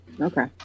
okay